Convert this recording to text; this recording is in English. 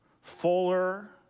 fuller